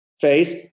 face